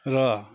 र